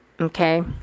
okay